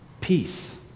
peace